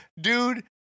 dude